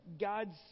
God's